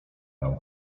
nam